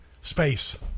space